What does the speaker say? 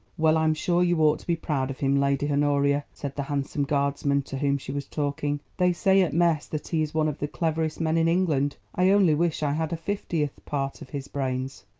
well, i'm sure you ought to be proud of him, lady honoria, said the handsome guardsman to whom she was talking they say at mess that he is one of the cleverest men in england. i only wish i had a fiftieth part of his brains.